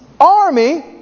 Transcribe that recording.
army